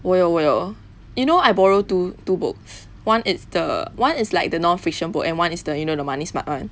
我有我有 eh you know I borrow two two books one it's the [one] is like the non-fiction book and one is the you know the money smart [one]